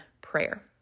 prayer